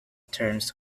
terms